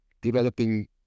developing